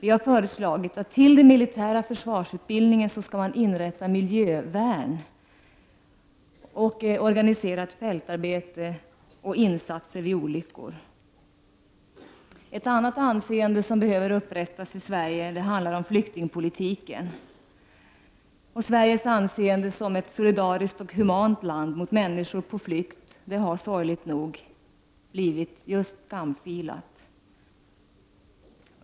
Vi har föreslagit att man utöver den militära försvarsutbildningen skall inrätta ett miljövärn som kan föra organiserat fältarbete och som kan göra insatser vid olyckor. Ett annat område där Sveriges anseende behöver upprättas gäller flyktingpolitiken. Sveriges anseende som ett mot människor på flykt solidariskt och humant land har sorgligt nog blivit skamfilat.